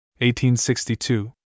1862